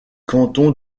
canton